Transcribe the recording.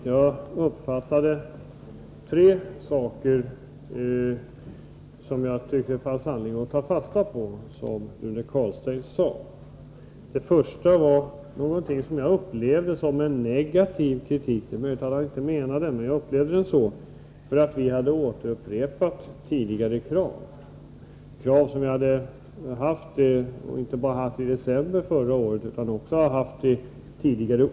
Herr talman! Det var tre punkter i Rune Carlsteins inlägg som jag tycker det finns anledning att ta fasta på. Först gäller det någonting som jag uppfattade som en kritik av att vi hade upprepat tidigare krav. Det är möjligt att Rune Carlstein inte avsåg att det skulle vara någonting negativt, men jag upplevde det i alla fall så. Dessa krav hade vi framfört inte bara i december förra året utan också dessförinnan.